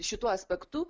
šituo aspektu